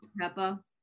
Peppa